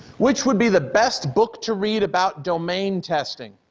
which would be the best book to read about domain testing?